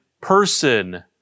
person